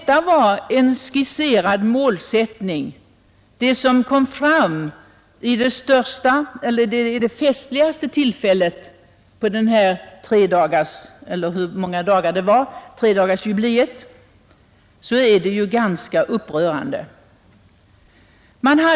Om det var en skisserad målsättning som framkom vid det festligaste tillfället vid detta tredagarsjubileum är det ganska upprörande.